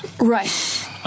Right